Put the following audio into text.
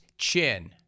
chin